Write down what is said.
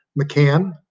McCann